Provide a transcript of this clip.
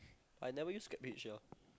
I never use GrabHitch sia